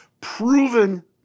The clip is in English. proven